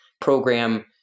program